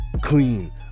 clean